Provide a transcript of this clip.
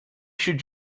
should